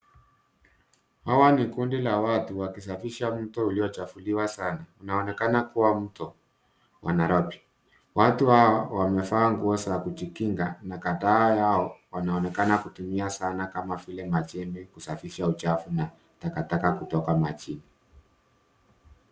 Hawa ni kundi la watu wakisafisha mto uliochafuliwa sana, inaonekana kuwa mto wa Nairobi. Watu hao wamevaa nguo za kujikinga na kadhaa yao wanaonekana kutumia zana kama vile majembe kusafisha uchafu na takataka kutoka majini.